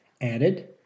added